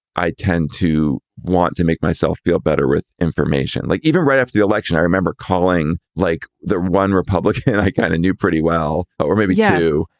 i tend to want to make myself feel better with information. like even right after the election, i remember calling like the one republic. i kind of knew pretty well. or maybe yeah you.